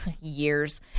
years